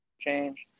change